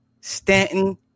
Stanton